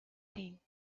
thing